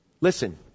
listen